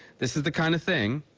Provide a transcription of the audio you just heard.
this is the kind of thing